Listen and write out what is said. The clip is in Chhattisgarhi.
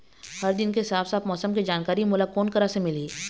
हर दिन के साफ साफ मौसम के जानकारी मोला कोन करा से मिलही?